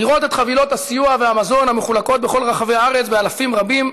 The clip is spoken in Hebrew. לראות את חבילות הסיוע והמזון המחולקות בכל רחבי הארץ באלפים רבים,